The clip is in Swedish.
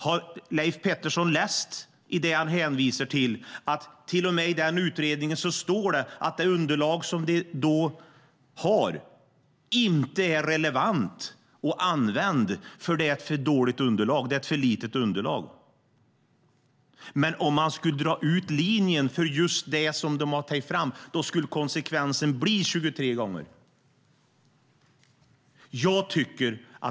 Har Leif Pettersson läst det han hänvisar till? Det står till och med i den utredningen att underlaget inte är relevant att använda för att det är för litet. Men om man skulle dra ut linjen för det som de har tagit fram skulle konsekvensen bli att det är 23 gånger farligare.